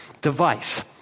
device